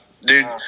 Dude